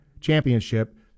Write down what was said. championship